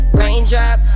raindrop